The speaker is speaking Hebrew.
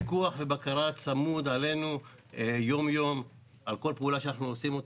כשיש פיקוח ובקרה צמודים עלינו יום-יום על כל פעולה שאנחנו עושים,